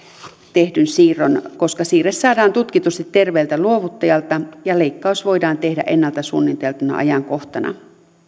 tehdyn siirron koska siirre saadaan tutkitusti terveeltä luovuttajalta ja leikkaus voidaan tehdä ennalta suunniteltuna ajankohtana